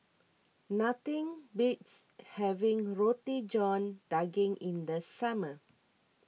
nothing beats having Roti John Daging in the summer